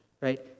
right